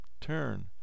Turn